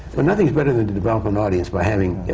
but nothing's better than to develop an audience by having, yeah